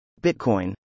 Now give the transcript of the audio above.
Bitcoin